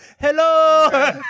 Hello